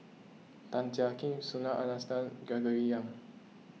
Tan Jiak Kim Subhas Anandan Gregory Yong